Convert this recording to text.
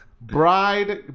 Bride